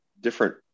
different